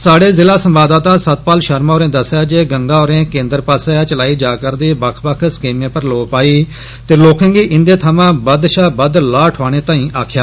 स्हाढ़े जिला संवाददाता सतपाल शर्मा होरें दस्सेआ ऐ जे गंगा होरें केंद्र पास्सेआ चलाई जा रदी बक्ख बक्ख स्कीमें पर लोह् पाई ते लोकें गी इंदे थवां बद्द शा बद्द लाह ठोआने तांई आक्खेआ